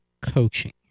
coaching